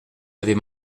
avez